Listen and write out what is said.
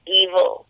evil